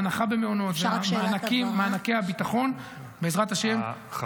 ההנחה במעונות ומענקי הביטחון בעזרת השם יחודשו -- אפשר רק שאלת הבהרה?